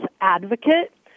advocate